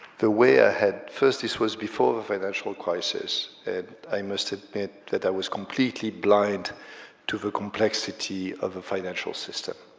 the way i had, first this was before the financial crisis, and i must admit that i was completely blind to the complexity of the financial system.